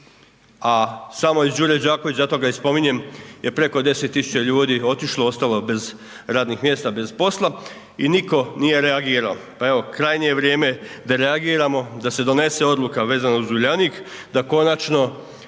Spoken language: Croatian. A samo iz Đure Đakovića, zato ga i spominjem, je preko 10 tisuća ljudi otišlo, ostalo bez radnih mjesta, bez posla i nitko nije reagirao. Pa evo, krajnje je vrijeme da reagiramo, da se donese odluka vezano za Uljanik, da konačno